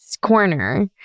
corner